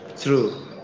true